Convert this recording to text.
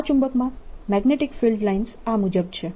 આ ચુંબકમાં magnetic field lines આ મુજબ છે